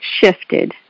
shifted